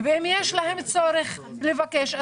ואם יש צורך לבקש,